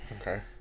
Okay